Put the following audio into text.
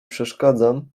przeszkadzam